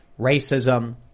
racism